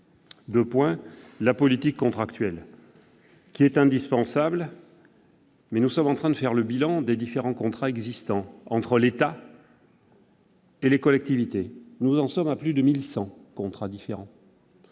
deux points. La politique contractuelle est indispensable. Néanmoins, nous sommes en train de faire le bilan des différents contrats qui existent entre l'État et les collectivités. Nous en sommes à plus de 1 100 contrats différents,